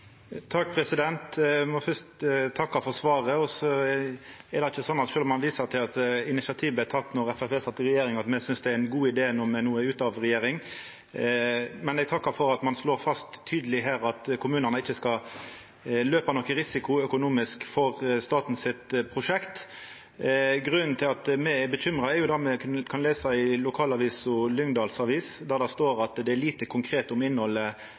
må fyrst takka for svaret. Sjølv om ein viser til at initiativ vart tekne då Framstegspartiet satt i regjering, er det ikkje sånn at me synest det er ein god idé når me no er ute av regjering. Men eg takkar for at ein her tydeleg slår fast at kommunane ikkje skal løpa nokon økonomisk risiko for prosjektet til staten. Grunnen til at me er bekymra, er det me kunne lesa i lokalavisa Lyngdals Avis, der det står at det var lite konkret om innhaldet